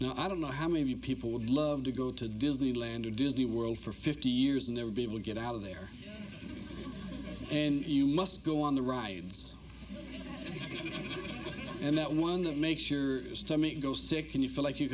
vacation now i don't know how many of you people would love to go to disneyland or disney world for fifty years and never be able to get out of there and you must go on the rides and that one that makes your stomach go sick and you feel like you